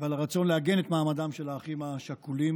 ועל הרצון לעגן את מעמדם של האחים השכולים